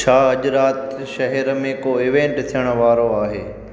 छा अॼु राति शहर में को इवेंट थियणु वारो आहे